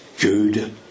good